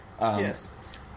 Yes